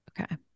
Okay